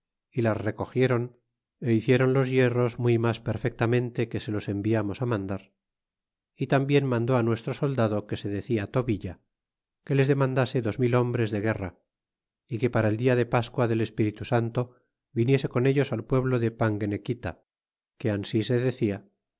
y las recogieron é hicieron los hierros muy mas perfectamente que se los enviamos mandar y tambien mande nuestro soldado que se decia tovilla que les demandase dos mil hombres de guerra é que para el dia de pasqua del espíritu santo viniese con ellos al pueblo de panguenequita que ansí se decia